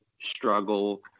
struggle